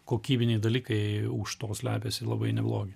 kokybiniai dalykai už to slepiasi labai neblogi